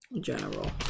General